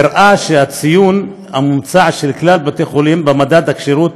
הראה שהציון הממוצע של כלל בתי החולים במדד הכשירות